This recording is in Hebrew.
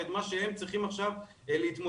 ואת מה שהם צריכים עכשיו להתמודד,